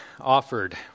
offered